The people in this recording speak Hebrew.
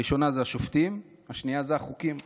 הראשונה היא השופטים, והשנייה היא החוקים.